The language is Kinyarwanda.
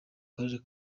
karere